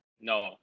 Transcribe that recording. no